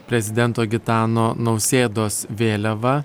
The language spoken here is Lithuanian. prezidento gitano nausėdos vėliava